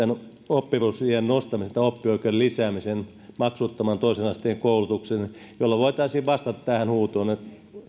oppivelvollisuusiän nostamisen oppioikeuden lisäämisen maksuttoman toisen asteen koulutuksen jolla voitaisiin vastata tähän huutoon